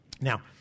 Now